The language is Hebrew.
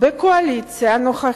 שבקואליציה הנוכחית,